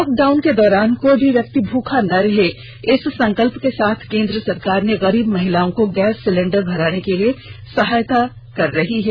lockdown के दौरान कोई भी व्यक्ति भूखा ना रहे इस संकल्प के साथ केंद्र सरकार ने गरीब महिलाओं को गैस सिलेंडर भराने के लिए सहायता प्रदान कर रही है